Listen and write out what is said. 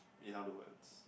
in other words